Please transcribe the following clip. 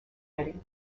eddy